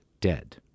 dead